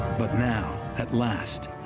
but now, at last,